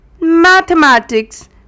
Mathematics